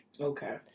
Okay